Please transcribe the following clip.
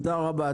תודה רבה.